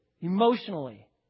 emotionally